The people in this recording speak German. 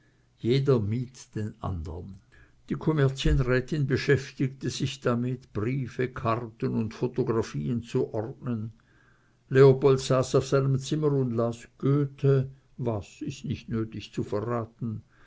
jeder mied den andern die kommerzienrätin beschäftigte sich damit briefe karten und photographien zu ordnen leopold saß auf seinem zimmer und las goethe was ist nicht nötig zu verraten